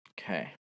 Okay